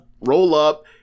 roll-up